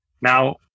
Now